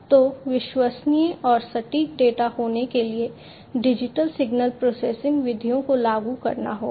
तो विश्वसनीय और सटीक डेटा होने के लिए डिजिटल सिग्नल प्रोसेसिंग विधियों को लागू करना होगा